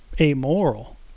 amoral